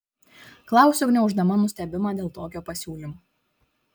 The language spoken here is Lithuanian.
klausiu gniauždama nustebimą dėl tokio pasiūlymo